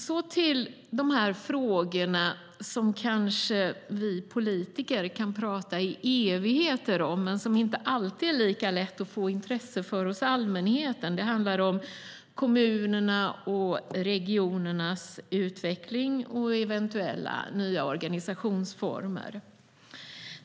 Så till de här frågorna som vi politiker kan prata om i evigheter men som det inte alltid är lika lätt att väcka intresse för hos allmänheten. Det handlar om kommunernas och regionernas utveckling och eventuella nya organisationsformer.